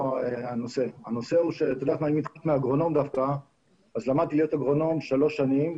למדתי להיות אגרונום שלוש שנים,